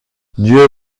dieu